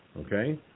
Okay